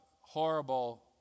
horrible